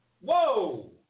Whoa